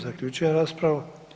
Zaključujem raspravu.